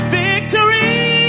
victory